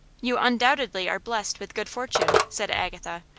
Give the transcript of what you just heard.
you undoubtedly are blessed with good fortune, said agatha.